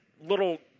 little